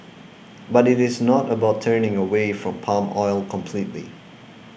but it is not about turning away from palm oil completely